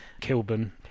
kilburn